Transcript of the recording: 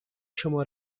شما